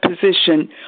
position